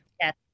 Yes